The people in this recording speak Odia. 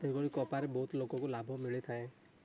କରି କପାରେ ବହୁତ ଲୋକଙ୍କୁ ଲାଭ ମିଳିଥାଏ